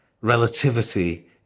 relativity